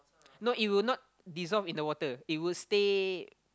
no it will not dissolve in the water it will stay